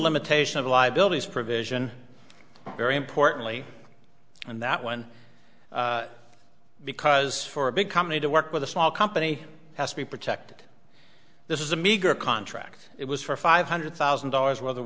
limitation of liabilities provision very importantly and that one because for a big company to work with a small company has to be protected this is a meager contract it was for five hundred thousand dollars w